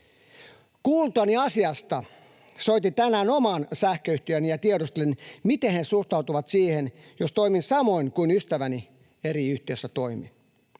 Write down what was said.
Kuultuani asiasta soitin tänään omaan sähköyhtiööni ja tiedustelin, miten he suhtautuvat siihen, jos toimin samoin kuin ystäväni eri yhtiössä toimi.